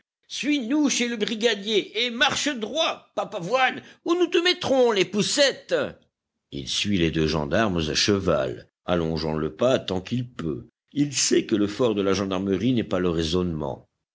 suis-nous chez le brigadier et marche droit papavoine ou nous te mettrons les poucettes il suit les deux gendarmes à cheval allongeant le pas tant qu'il peut il sait que le fort de la gendarmerie n'est pas le raisonnement